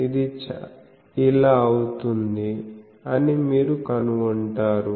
ఇది ఇలా అవుతుంది అని మీరు కనుగొంటారు